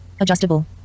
Adjustable